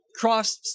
cross